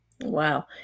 Wow